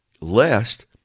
lest